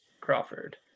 Crawford